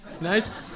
nice